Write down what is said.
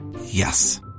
Yes